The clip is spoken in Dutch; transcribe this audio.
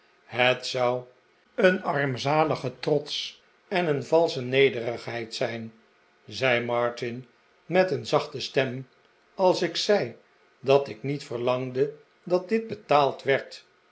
het zou een armzalige trots en een valsche nederigheid zijn zei martin met een zachte stem als ik zei dat ik niet verlangde dat dit betaald werd